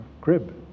crib